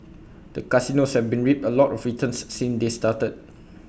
the casinos have reaped A lot of returns since they started